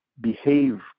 behave